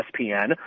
ESPN